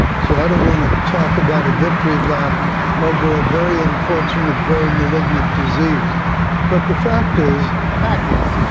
so i don't want to talk about a victory lap over a very unfortunate, very malignant disease but the fact is, the fact is,